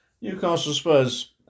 Newcastle-Spurs